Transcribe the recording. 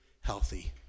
healthy